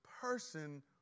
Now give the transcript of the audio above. person